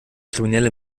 kriminelle